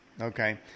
Okay